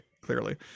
clearly